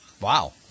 Wow